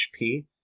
HP